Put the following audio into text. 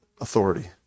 authority